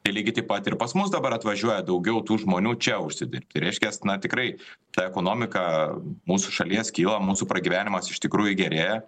tai lygiai taip pat ir pas mus dabar atvažiuoja daugiau tų žmonių čia užsidirbt tai reiškias na tikrai ta ekonomika mūsų šalies kilo mūsų pragyvenimas iš tikrųjų gerėja